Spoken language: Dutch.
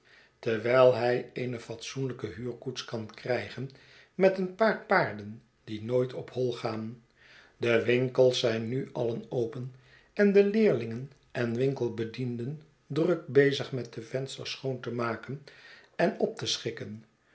terwijl hij eene fatsoenlijke huurkoets kan krijgen met een paar paarden die nooit op hoi gaan de winkels zijn nu alien open en de leerlingen en winkelbedienden druk bezig met de vensters schoon te maken en op te schikken